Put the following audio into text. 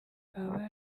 baba